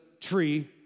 tree